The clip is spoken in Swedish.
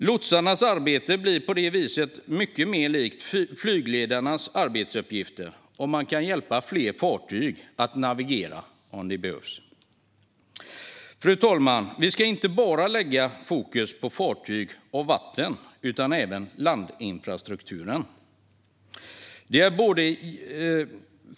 Lotsarnas arbete skulle på det viset bli mycket mer likt flygledarnas arbetsuppgifter, och man skulle kunna hjälpa fler fartyg att navigera om det behövs. Fru talman! Vi ska inte lägga fokus enbart på fartyg och vatten utan även på landinfrastrukturen.